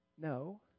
No